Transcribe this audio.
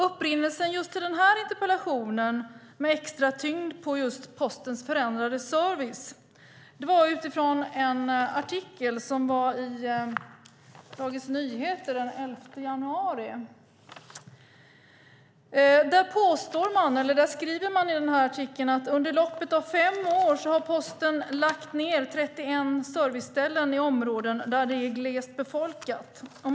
Upprinnelsen till den här interpellationen med extra tyngd på just Postens förändrade service var en artikel i Dagens Nyheter den 11 januari. Där skriver man att under loppet av fem år har Posten lagt ned 31 serviceställen i områden där det är glest befolkat.